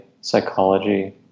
psychology